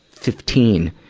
fifteen.